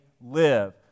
live